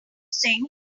sing